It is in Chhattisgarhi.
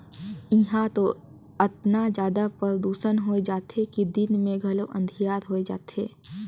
इहां तो अतना जादा परदूसन होए जाथे कि दिन मे घलो अंधिकार होए जाथे